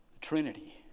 Trinity